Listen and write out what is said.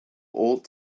old